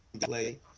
play